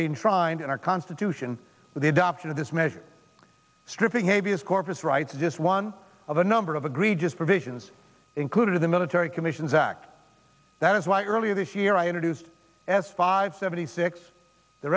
ain't trying to in our constitution the adoption of this measure stripping a view of corpus rights just one of a number of agree just provisions included the military commissions act that is why earlier this year i introduced s five seventy six the